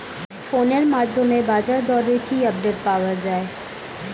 ফোনের মাধ্যমে বাজারদরের কি আপডেট পাওয়া যায়?